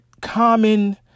Common